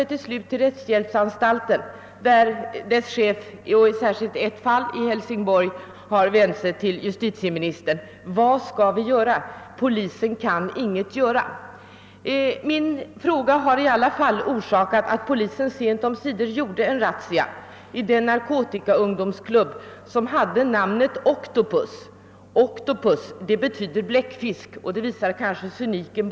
I ett fall har rättshjälpsanstaltens chef i Hälsingborg vänt sig till justitieministern och frågat vad man skall göra, eftersom polisen inte kan in gripa. Min enkla fråga har emellertid haft till följd att polisen sent omsider gjort en razzia i en ungdomsklubb i Hälsingborg som hade namnet Octopus. »Octopus« betyder bläckfisk, och det visar kanske cynismen.